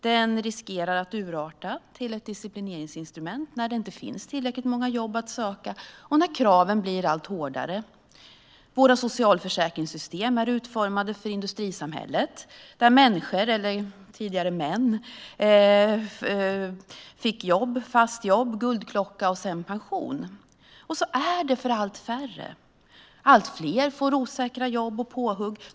Den riskerar att urarta och bli till ett disciplineringsinstrument när det inte finns tillräckligt många jobb att söka och när kraven blir allt hårdare. Våra socialförsäkringssystem är utformade för industrisamhället där människor, eller tidigare var det män, fick fast jobb, guldklocka och sedan pension. Så är det för allt färre. Allt fler får osäkra jobb och påhugg.